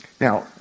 Now